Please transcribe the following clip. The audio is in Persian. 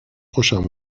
خوشم